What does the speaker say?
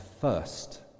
first